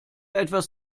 etwas